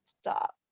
stop